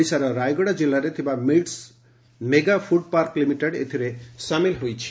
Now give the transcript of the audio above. ଓଡ଼ିଶାର ରାୟଗଡ଼ା ଜିଲ୍ଲାରେ ଥିବା MITS mega food park limited ଏଥିରେ ସାମିଲ ହୋଇଛି